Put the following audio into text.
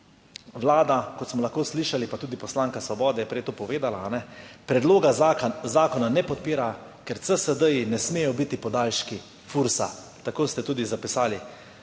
Vlada, kot smo lahko slišali, pa tudi poslanka Svobode je prej to povedala, predloga zakona ne podpira, ker CSD-ji ne smejo biti podaljški Fursa. Tako ste tudi zapisali.